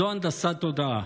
זו הנדסת תודעה,